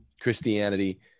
christianity